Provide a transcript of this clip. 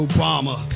Obama